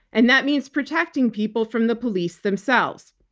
and that means protecting people from the police themselves.